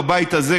בבית הזה,